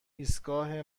ایستگاه